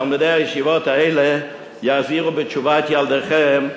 תלמידי הישיבות האלה יחזירו בתשובה את ילדיכם,